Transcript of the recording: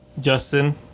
Justin